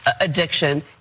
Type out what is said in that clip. addiction